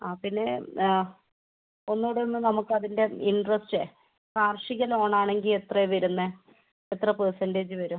ആ പിന്നെ ഒന്നുകൂടിയൊന്ന് നമുക്കതിൻ്റെ ഇൻട്രെസ്റ്റെ കാർഷിക ലോണാണെങ്കിൽ എത്രയാണ് വരുന്നത് എത്ര പെർസെൻ്റേജ് വരും